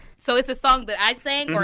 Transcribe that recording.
so it's a song that i sang? or